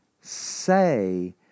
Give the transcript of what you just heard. say